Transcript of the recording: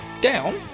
down